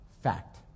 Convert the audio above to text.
Fact